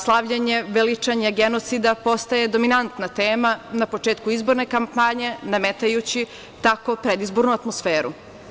Slavljenje, veličanje genocida postaje dominantna tema na početku izborne kampanje, nametajući tako predizbornu atmosferu.